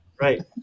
right